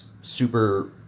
super